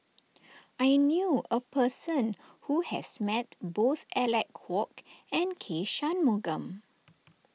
I knew a person who has met both Alec Kuok and K Shanmugam